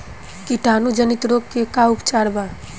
कीटाणु जनित रोग के का उपचार बा?